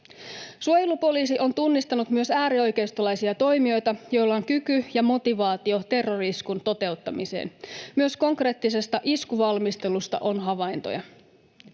Suojelupoliisi on tunnistanut myös äärioikeistolaisia toimijoita, joilla on kyky ja motivaatio terrori-iskun toteuttamiseen. Myös konkreettisesta iskuvalmistelusta on havaintoja.